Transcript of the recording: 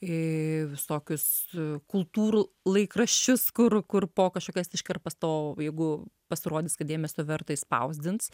į visokius kultūrų laikraščius kur kur po kažkokias iškarpas to jeigu pasirodys kad dėmesio verta išspausdins